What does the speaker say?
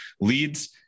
Leads